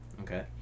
Okay